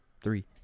three